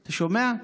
אתה שומע?